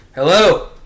Hello